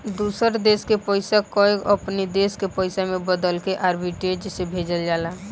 दूसर देस के पईसा कअ अपनी देस के पईसा में बदलके आर्बिट्रेज से भेजल जाला